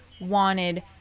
wanted